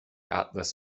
atlas